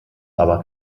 aber